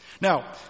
Now